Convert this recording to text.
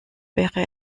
wäre